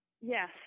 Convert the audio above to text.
Yes